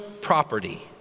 property